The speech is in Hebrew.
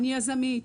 אני יזמית,